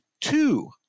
two